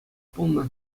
пулнӑ